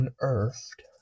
unearthed